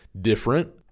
different